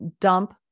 dump